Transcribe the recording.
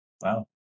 Wow